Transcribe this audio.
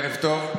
ערב טוב.